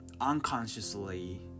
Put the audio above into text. unconsciously